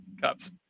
cups